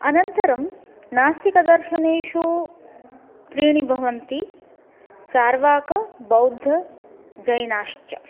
अनन्तरं नास्तिकदर्शनेषु त्रीणि भवन्ति चार्वाकः बौद्धः जैनश्च